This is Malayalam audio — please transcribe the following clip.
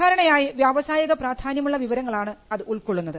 സാധാരണയായി വ്യാവസായിക പ്രാധാന്യമുള്ള വിവരങ്ങളാണ് അത് ഉൾക്കൊള്ളുന്നത്